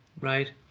right